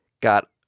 got